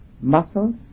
muscles